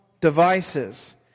devices